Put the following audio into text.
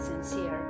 sincere